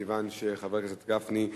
מכיוון שחבר הכנסת גפני,